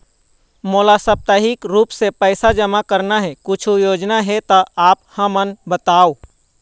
मोला साप्ताहिक रूप से पैसा जमा करना हे, कुछू योजना हे त आप हमन बताव?